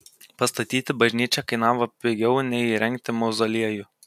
pastatyti bažnyčią kainavo pigiau nei įrengti mauzoliejų